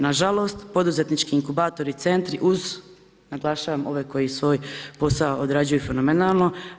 Na žalost, poduzetnički inkubatori i centri uz naglašavam ove koji svoj posao odrađuju fenomenalno.